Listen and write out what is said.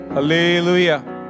Hallelujah